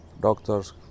Doctors